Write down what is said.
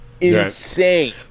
insane